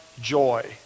joy